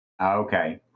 Okay